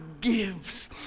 gives